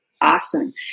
Awesome